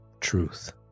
truth